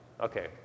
Okay